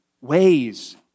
ways